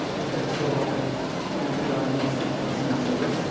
okay, so we can diagnose depression in children.